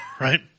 right